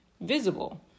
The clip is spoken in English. visible